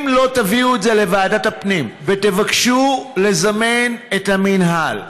אם לא תביאו את זה לוועדת הפנים ותבקשו לזמן את המינהל,